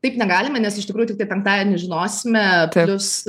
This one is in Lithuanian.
taip negalime nes iš tikrųjų tiktai penktadienį žinosime plius